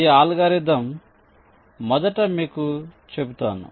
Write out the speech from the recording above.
ఈ అల్గోరిథం మొదట మీకు చెపుతాను